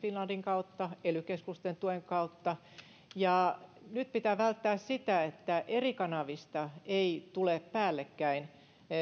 finlandin kautta ely keskusten tuen kautta ja nyt pitää välttää sitä että eri kanavista ei tule päällekkäin